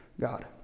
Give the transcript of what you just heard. God